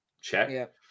Check